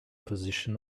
position